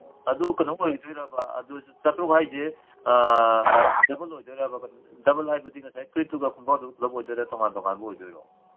ꯑꯗꯨ ꯀꯩꯅꯣ ꯑꯣꯏꯗꯣꯏꯔꯕ ꯑꯗꯨ ꯆꯥꯇ꯭ꯔꯨꯛ ꯍꯥꯏꯁꯦ ꯗꯕꯜ ꯑꯣꯏꯗꯣꯏꯔꯕ ꯗꯕꯜ ꯍꯥꯏꯕꯗꯤ ꯉꯁꯥꯏꯒꯤ ꯐꯨꯔꯤꯠꯇꯨꯒ ꯈꯪꯒꯥꯎꯗꯨꯒ ꯄꯨꯂꯞ ꯑꯣꯏꯗꯣꯏ꯭ꯔꯥ ꯇꯣꯉꯥꯟ ꯇꯣꯉꯥꯟꯕ ꯑꯣꯏꯗꯣꯏꯔꯣ